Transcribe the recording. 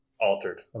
altered